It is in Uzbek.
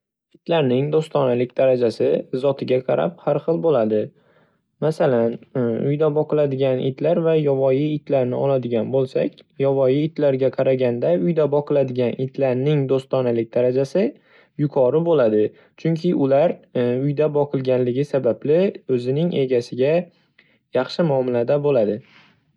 Itlarning do'stonalik darajasi zotiga qarab har xil bo'ladi. Masalan uyda boqiladigan itlar va yovvoyi itlarnin oladigan bo'lsak, yovvoyi itlarga qaraganda uyda boqiladigan itlarning do'stonalik darajasi yuqori bo'ladi. Chunki ular uyda boqilganligi sababli o'zining egasiga yaxshi muomalada bo'ladi.